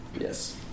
Yes